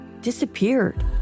disappeared